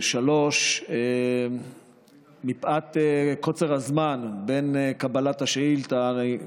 3. מפאת קוצר הזמן מקבלת השאילתה,